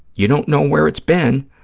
you don't know where it's been.